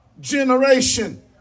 generation